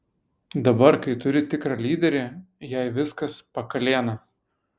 dabar kai turi tikrą lyderį jai viskas pakalėna